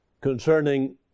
concerning